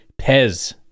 Pez